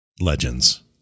Legends